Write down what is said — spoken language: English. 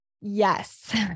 Yes